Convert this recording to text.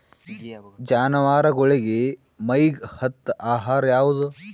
ಜಾನವಾರಗೊಳಿಗಿ ಮೈಗ್ ಹತ್ತ ಆಹಾರ ಯಾವುದು?